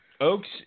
Oaks